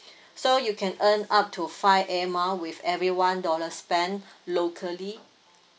so you can earn up to five air mile with every one dollar spent locally